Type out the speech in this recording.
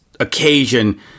occasion